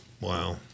Wow